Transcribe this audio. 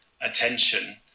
attention